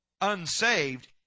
unsaved